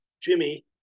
Jimmy